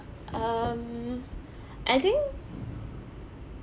um I think